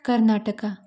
Karnataka